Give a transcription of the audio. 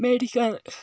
മേടിക്കാറ്